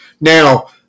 Now